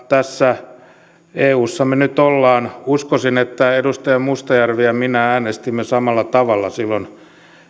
tässä eussa me nyt olemme uskoisin että edustaja mustajärvi ja minä äänestimme samalla tavalla silloin